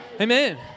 Amen